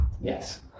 Yes